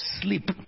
sleep